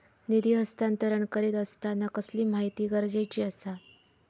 निधी हस्तांतरण करीत आसताना कसली माहिती गरजेची आसा?